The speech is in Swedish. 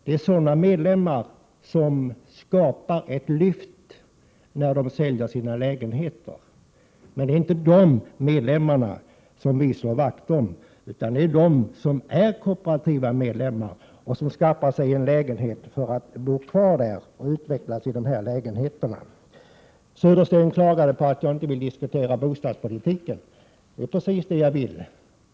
Det är sådana medlemmar som skapar ett lyft när de säljer sina lägenheter, men det är inte de medlemmarna som vi slår vakt om utan det är om dem som skaffar sig en lägenhet för att bo kvar där och utvecklas där. Södersten klagade på att jag inte vill diskutera bostadspolitiken. Jo, det är precis det jag vill.